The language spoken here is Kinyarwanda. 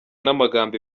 n’amagambo